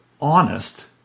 honest